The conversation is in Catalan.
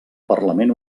parlament